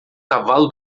cavalo